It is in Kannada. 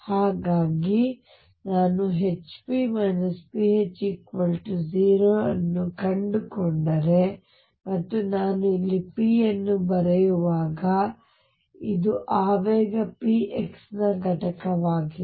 ಹಾಗಾಗಿ ನಾನು Hp pH 0 ಅನ್ನು ಕಂಡುಕೊಂಡರೆ ಮತ್ತು ನಾನು ಇಲ್ಲಿ p ಅನ್ನು ಬರೆಯುವಾಗ ಇದು ಆವೇಗ px ನ x ಘಟಕವಾಗಿದೆ